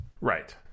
Right